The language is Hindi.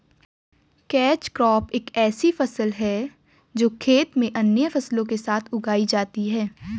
कैच क्रॉप एक ऐसी फसल है जो खेत में अन्य फसलों के साथ उगाई जाती है